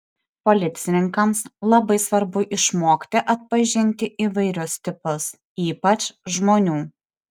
policininkams labai svarbu išmokti atpažinti įvairius tipus ypač žmonių